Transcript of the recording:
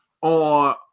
on